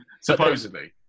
Supposedly